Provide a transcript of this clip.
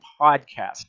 podcast